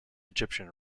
egyptian